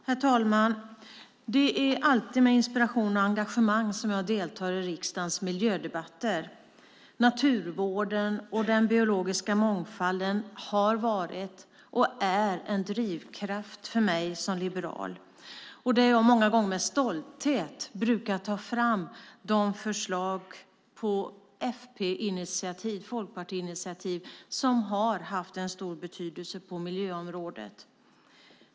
Herr talman! Det är alltid med inspiration och engagemang som jag deltar i riksdagens miljödebatter. Naturvården och den biologiska mångfalden har varit och är en drivkraft för mig som liberal. Jag har många gånger med stolthet lyft fram de folkpartiinitiativ som har haft en stor betydelse på miljöområdet.